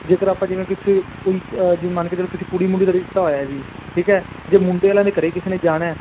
ਜੇਕਰ ਆਪਾਂ ਜਿਵੇਂ ਕੁਛ ਕੋਈ ਜੇ ਮੰਨ ਕੇ ਚਲੋ ਕਿਸੇ ਕੁੜੀ ਮੁੰਡੇ ਦਾ ਰਿਸ਼ਤਾ ਹੋਇਆ ਜੀ ਠੀਕ ਹੈ ਜੇ ਮੁੰਡੇ ਵਾਲਿਆਂ ਦੇ ਘਰ ਕਿਸੇ ਨੇ ਜਾਣਾ